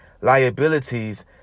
liabilities